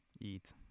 eat